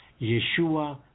Yeshua